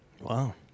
Wow